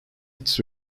its